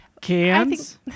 Cans